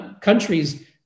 countries